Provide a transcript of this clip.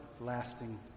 Lasting